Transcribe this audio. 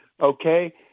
okay